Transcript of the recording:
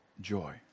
joy